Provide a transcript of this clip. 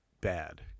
bad